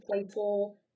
playful